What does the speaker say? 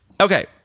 Okay